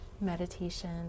Meditation